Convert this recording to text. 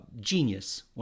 genius